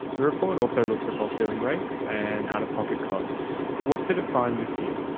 the report also looks at bulk billing rates and out-of-pocket costs what did it find this year?